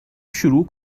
شروع